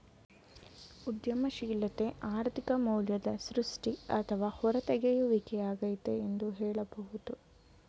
ಉದ್ಯಮಶೀಲತೆ ಆರ್ಥಿಕ ಮೌಲ್ಯದ ಸೃಷ್ಟಿ ಅಥವಾ ಹೂರತೆಗೆಯುವಿಕೆ ಯಾಗೈತೆ ಎಂದು ಹೇಳಬಹುದು